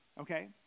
okay